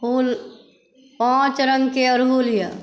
फूल पाँच रंगके अरहुल यऽ